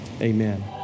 Amen